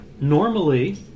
Normally